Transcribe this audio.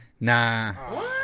nah